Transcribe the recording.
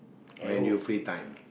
when you free time